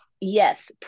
Yes